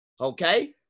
okay